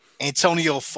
Antonio